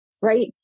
right